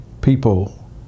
people